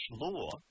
law